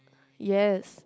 yes